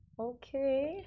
Okay